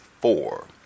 four